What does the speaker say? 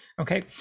okay